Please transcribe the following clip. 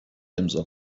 امضاء